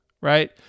Right